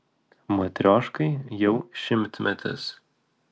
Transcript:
matrioškai jau šimtmetis